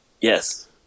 Yes